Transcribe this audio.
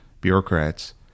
bureaucrats